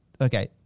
okay